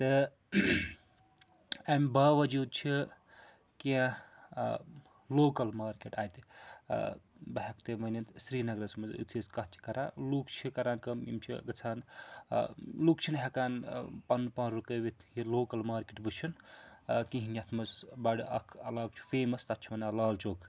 تہٕ اَمہِ باوجوٗد چھِ کیٚنٛہہ لوکَل مارکیٹ اَتہِ بہٕ ہٮ۪کہٕ تۄہہِ ؤنِتھ سرینَگرَس منٛز یُتھُے أسۍ کَتھ چھِ کَران لُکھ چھِ کَران کٲم یِم چھِ گژھان لُکھ چھِنہٕ ہیٚکان پَنُن پان رُکٲوِتھ یہِ لوکَل مارکٮ۪ٹ وٕچھُن کِہیٖنۍ یَتھ منٛز بَڑٕ اَکھ علاقہٕ چھُ فیمَس تَتھ چھِ وَنان لال چوک